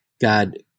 God